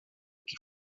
que